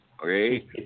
Okay